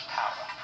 power